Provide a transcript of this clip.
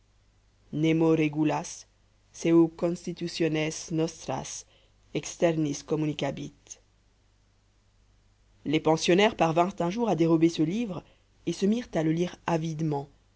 nemo regulas seu constitutiones nostras externis communicabit les pensionnaires parvinrent un jour à dérober ce livre et se mirent à le lire avidement